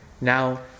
Now